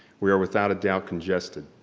we are without a doubt congested.